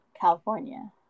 California